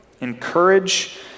encourage